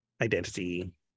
identity